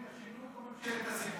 זו ממשלת השינוי או ממשלת הסיפוח?